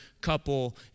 couple